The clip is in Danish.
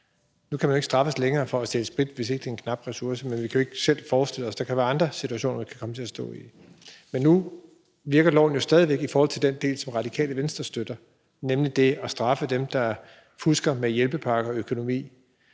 nu kan man ikke straffes længere for at stjæle sprit, hvis ikke det er en knap ressource. Men vi kan jo ikke selv forestille os de andre situationer, vi kunne komme til at stå i. Men nu virker loven jo stadig væk i forhold til den del, som Radikale Venstre støtter, nemlig det at straffe dem, der fusker med hjælpepakkeøkonomien,